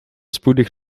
spoedig